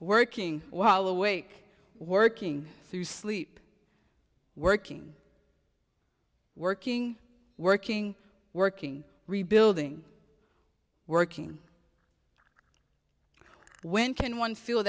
working while awake working through sleep working working working working rebuilding working when can one feel